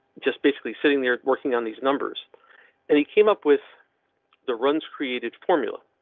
just basically sitting there working on these numbers and he came up with the runs created formula.